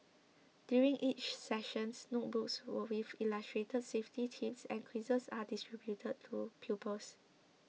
during each sessions notebooks with illustrated safety tips and quizzes are distributed to pupils